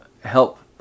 help